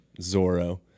Zorro